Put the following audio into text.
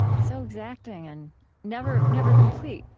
so exacting and never never complete,